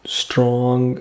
strong